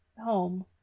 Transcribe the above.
home